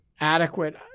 adequate